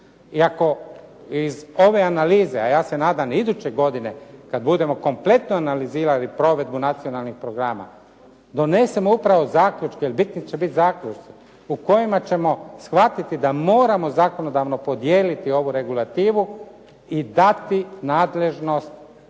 I ako iz ove analize, a ja se nadam iduće godine kada budemo kompletno analizirali provedbu nacionalnih programa, donesemo upravo zaključke. Bitni će biti zaključci u kojima ćemo shvatiti da moramo zakonodavno podijeliti ovu regulativu i dati nadležnost